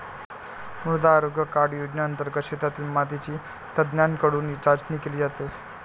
मृदा आरोग्य कार्ड योजनेंतर्गत शेतातील मातीची तज्ज्ञांकडून चाचणी केली जाते